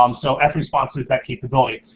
um so ah f-response is that capability.